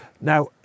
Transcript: Now